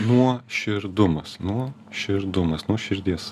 nuo širdumas nuo širdumas nuo širdies